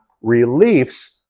reliefs